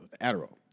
Adderall